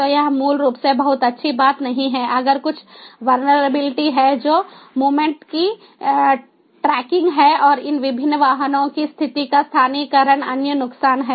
तो यह मूल रूप से बहुत अच्छी बात नहीं है अगर कुछ वल्नरबिलिटी हैं जो मूव्मन्ट की ट्रैकिंग हैं और इन विभिन्न वाहनों की स्थिति का स्थानीयकरण अन्य नुकसान हैं